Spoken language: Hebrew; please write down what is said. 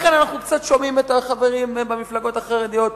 אנחנו שומעים את החברים במפלגות החרדיות,